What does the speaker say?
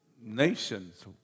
nations